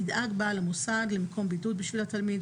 ידאג בעל המוסד למקום בידוד בשביל התלמיד,